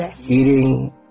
eating